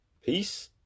Peace